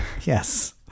Yes